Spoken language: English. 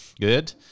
Good